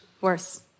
worse